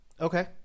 Okay